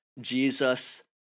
Jesus